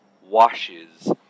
washes